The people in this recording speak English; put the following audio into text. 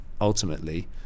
ultimately